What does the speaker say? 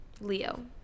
Leo